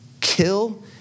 kill